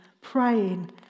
praying